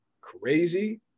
crazy